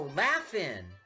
laughing